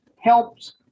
helps